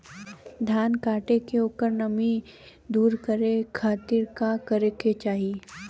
धान कांटेके ओकर नमी दूर करे खाती का करे के चाही?